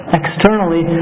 externally